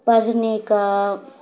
پڑھنے کا